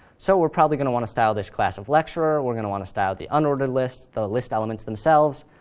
so we're probably going to want to style this class of lecturer, we're going to want to style the unordered list, the list elements themselves,